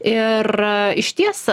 ir išties